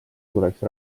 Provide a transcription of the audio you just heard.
tuleks